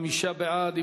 30 נגד, חמישה בעד.